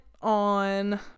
on